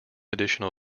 additional